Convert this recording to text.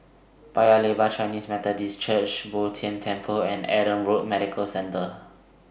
Paya Lebar Chinese Methodist Church Bo Tien Temple and Adam Road Medical Centre